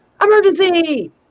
emergency